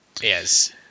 Yes